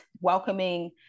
welcoming